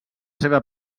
seva